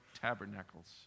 tabernacles